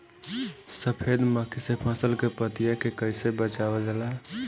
सफेद मक्खी से फसल के पतिया के कइसे बचावल जाला?